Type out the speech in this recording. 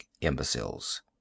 imbeciles